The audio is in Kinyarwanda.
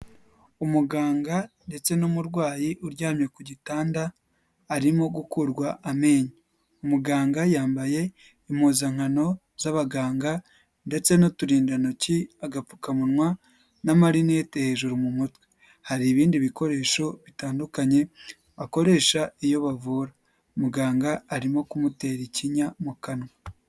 Umuganga ndetse n'umurwayi uryamye ku gitanda arimo gukurwa amenyo. Umuganga yambaye impuzankano z'abaganga ndetse n'uturindantoki, agapfukamunwa n'amarinete hejuru mu mutwe. Hari ibindi bikoresho bitandukanye akoresha iyo bavura, muganga arimo kumutera ikinya mu kanwa.